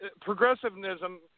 progressivism